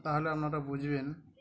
তাহলে আপনারা বুঝবেন